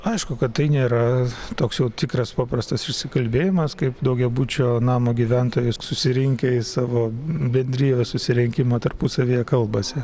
aišku kad tai nėra toks jau tikras paprastas išsikalbėjimas kaip daugiabučio namo gyventojai susirinkę į savo bendrijos susirinkimą tarpusavyje kalbasi